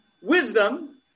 Wisdom